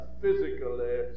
physically